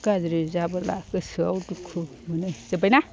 गाज्रि जाब्ला गोसोआव दुखु मोनो जोबबायना